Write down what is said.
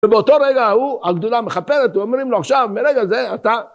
ובאותו רגע הוא, הגדולה המכפרת, אומרים לו עכשיו, מרגע זה אתה...